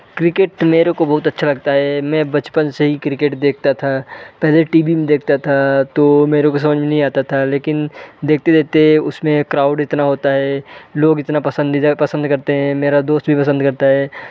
cricket मेरे को बहुत अच्छा लगता है मैं बचपन से ही क्रिकेट देखता था पहले टी वी में देखता था तो मेरे को समझ नहीं आता था लेकिन देखते देखते उसमें क्राउड इतना होता है लोग इतना पसंदीदा पसंद करते हैं मेरा दोस्त भी पसन्द करता है